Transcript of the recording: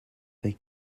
they